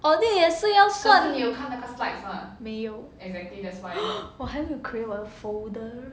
audit 也是要算没有 我还没有 create 我的 folder